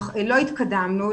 לא התקדמנו,